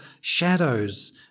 shadows